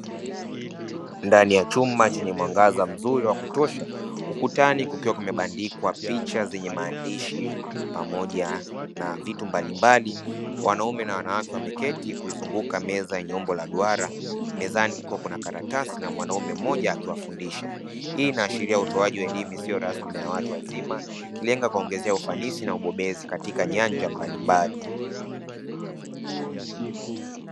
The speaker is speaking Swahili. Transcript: Ndani ya chumba chenye mwangaza mzuri na wa kutosha, ukutani kukiwa kimebandikwa picha zenye maandishi pamoja na vitu mbalimbali. Wanaume na wanawake wameketi kuizunguka meza yenye umbo la duara, mezani kuko na karatasi na mwanaume mmoja akiwafundisha. Hii inaashiria utoaji wa elimu isiyo rasmi na ya watu wazima, ikilenga kuwaongezea ufanisi na ubobezi katika nyanja mbalimbali.